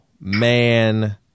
Man